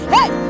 Hey